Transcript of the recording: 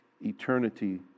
eternity